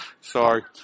Sorry